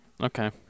Okay